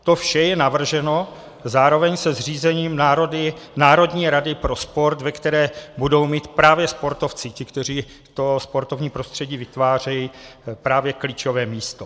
To vše je navrženo zároveň se zřízením Národní rady pro sport, ve které budou mít právě sportovci, ti, kteří sportovní prostředí vytvářejí, klíčové místo.